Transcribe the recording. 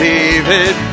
David